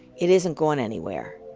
it isn't going anywhere.